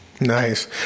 Nice